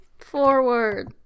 Forward